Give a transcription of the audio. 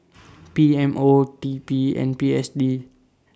P M O T P and P S D